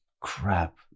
Crap